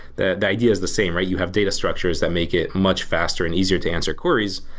the the ideas the same, right? you have data structures that make it much faster and easier to answer queries.